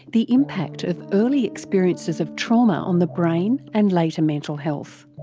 the impact of early experiences of trauma on the brain and later mental health.